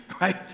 right